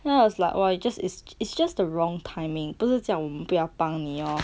then I was like !wah! you just is it's just the wrong timing 不是讲我们不要帮你 orh